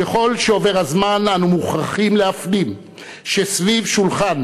ככל שעובר הזמן אנו מוכרחים להפנים שסביב שולחן